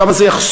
כמה זה יחסוך,